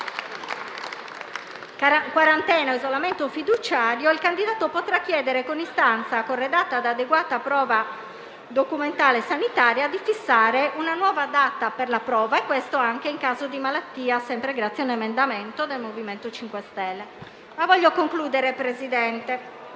quarantena o isolamento fiduciario, il candidato potrà chiedere, con istanza corredata da adeguata prova documentale sanitaria, di fissare una nuova data per la prova e questo anche in caso di malattia, sempre grazie a un emendamento del MoVimento 5 Stelle. Voglio concludere, Presidente,